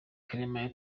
clement